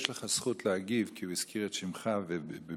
יש לך זכות להגיב כי הוא הזכיר את שמך בביקורת,